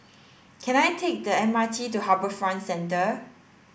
can I take the M R T to HarbourFront Centre